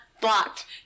blocked